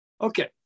Okay